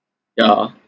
yeah